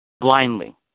blindly